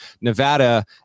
Nevada